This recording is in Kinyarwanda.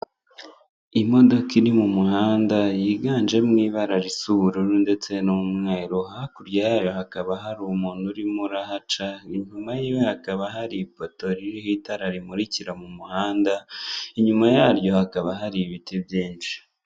Imodoka iri mu muhanda yiganjemo ibara risa ubururu ndetse n'umweru hakurya yayo hakaba hari umuntu urimo urahaca, inyuma yiwe hakaba hari ipoto ririho itara rimurikira mu muhanda, inyuma yaryo hakaba hari ibiti byinshi.